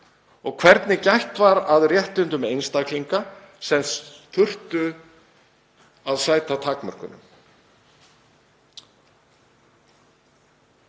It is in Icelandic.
og hvernig gætt var að réttindum einstaklinga sem þurftu að sæta takmörkunum.